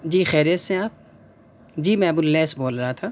جی خیریت سے ہیں آپ جی میں ابواللیث بول رہا تھا